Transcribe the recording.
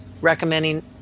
recommending